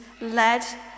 led